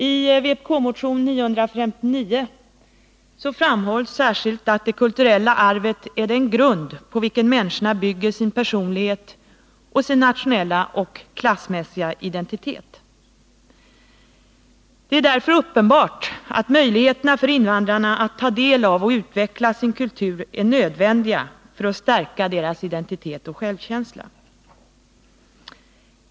I vpk-motionen 959 framhålls särskilt att det kulturella arvet är den grund på vilken människorna bygger sin personlighet och sin nationella och klassmässiga identitet. Det är därför uppenbart att möjligheterna för invandrarna att ta del av och utveckla sin kultur är nödvändiga för att stärka deras identitet och självkänsla.